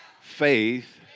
faith